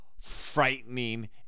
frightening